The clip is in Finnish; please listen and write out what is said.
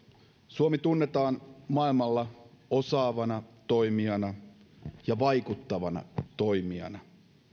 suomi tunnetaan maailmalla osaavana toimijana ja vaikuttavana toimijana